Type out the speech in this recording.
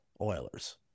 Oilers